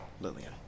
Lillian